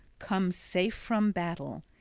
come safe from battle,